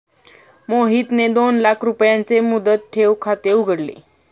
मोहितने दोन लाख रुपयांचे मुदत ठेव खाते उघडले